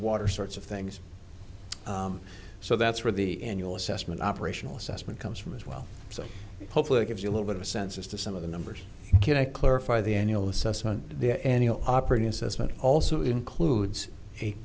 water sorts of things so that's where the annual assessment operational assessment comes from as well so hopefully it gives you a little bit of a sense as to some of the numbers can i clarify the annual assessment the annual operating assessment also includes